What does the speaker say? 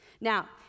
Now